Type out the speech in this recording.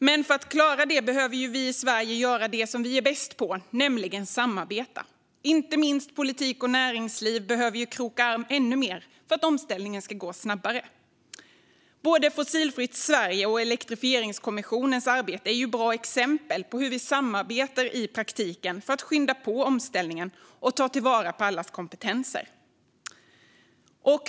Men för att klara det behöver vi i Sverige göra det vi är bäst på, nämligen samarbeta. Inte minst politik och näringsliv behöver kroka arm ännu mer för att omställningen ska gå snabbare. Både Fossilfritt Sverige och elektrifieringskommissionens arbete är bra exempel på hur vi samarbetar i praktiken för att skynda på omställningen och ta till vara allas kompetenser.